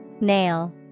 Nail